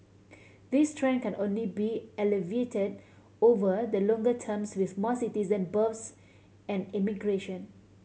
this trend can only be alleviated over the longer terms with more citizen births and immigration